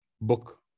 book